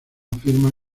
afirma